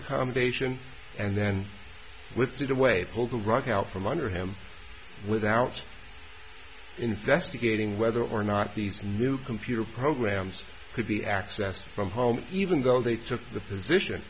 accommodation and then with to the way pulled the rug out from under him without investigating whether or not these new computer programs could be accessed from home even though they took the position